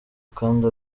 kandi